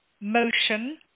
motion